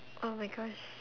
oh my gosh